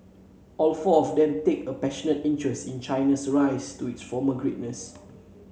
all four of them take a passionate interest in China's rise to its former greatness